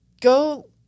Go